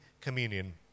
communion